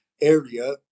area